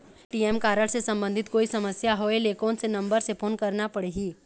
ATM card से संबंधित कोई समस्या होय ले, कोन से नंबर से फोन करना पढ़ही?